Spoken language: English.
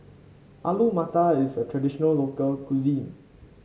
Alu Matar is a traditional local cuisine